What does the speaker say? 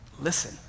listen